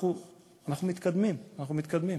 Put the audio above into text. אנחנו מתקדמים, אנחנו מתקדמים.